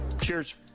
Cheers